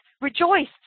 rejoice